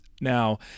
Now